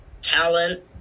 talent